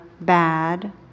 bad